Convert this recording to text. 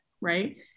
right